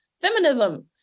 feminism